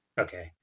Okay